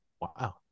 wow